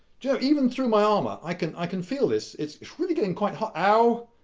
you know, even through my armour, i can i can feel this. it's it's really getting quite hot. ow.